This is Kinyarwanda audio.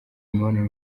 imibonano